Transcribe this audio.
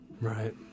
Right